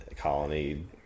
colony